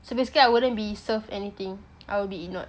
so basically I wouldn't be served anything I'll be ignored